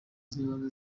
zibanze